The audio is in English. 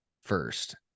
First